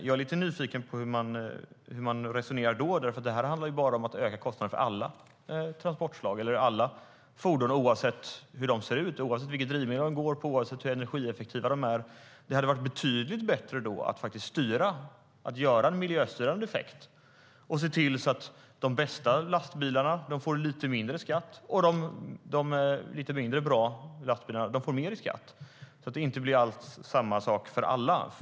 Jag blir lite nyfiken på hur man resonerar då eftersom det här handlar om att öka kostnaderna för alla fordon oavsett hur de ser ut, oavsett vilket drivmedel de går på och oavsett hur energieffektiva de är. Det hade varit betydligt bättre att få en miljöstyrande effekt genom att de bästa lastbilarna får lite mindre i skatt och de lite mindre bra lastbilarna får mer i skatt. På det sättet blir det inte samma sak för alla.